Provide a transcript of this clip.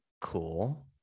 cool